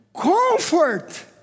comfort